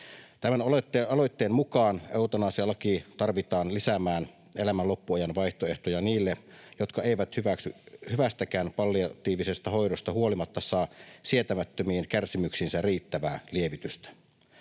Tämän aloitteen mukaan eutanasialaki tarvitaan lisäämään elämän loppuajan vaihtoehtoja niille, jotka eivät hyvästäkään palliatiivisesta hoidosta huolimatta saa sietämättömiin kärsimyksiinsä riittävää lievitystä.